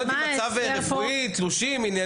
מה, הם לא יודעים לגבי מצב רפואי, תלושי משכורת